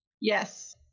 Yes